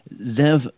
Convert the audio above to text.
Zev